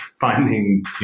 finding